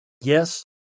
Yes